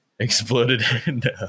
Exploded